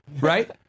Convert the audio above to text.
Right